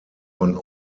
von